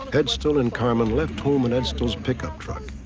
edstall and carmen left home in edstall's pickup truck.